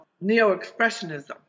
neo-expressionism